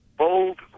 Bold